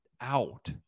out